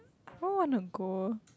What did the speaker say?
who want to go